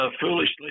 foolishly